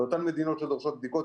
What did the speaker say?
ואותן מדינות שדורשות בדיקות,